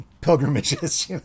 pilgrimages